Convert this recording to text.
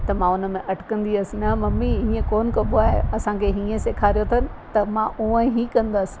त मां उन में अटिकंदी हुअसि न मम्मी हीअं कोन कबो आहे असांखे हीअं सेखारियो अथनि त मां हुंअ ई कंदसि